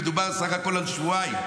מדובר בסך הכול על שבועיים,